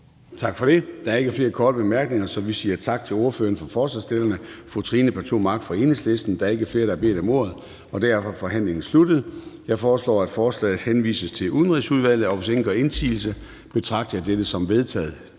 Tak for det. Der er ikke flere korte bemærkninger, så vi siger tak til ordføreren for forslagsstillerne, fru Trine Pertou Mach fra Enhedslisten. Der er ikke flere, der har bedt om ordet, og derfor er forhandlingen sluttet. Jeg foreslår, at forslaget til folketingsbeslutning henvises til Udenrigsudvalget. Og hvis ingen gør indsigelse, betragter jeg dette som vedtaget.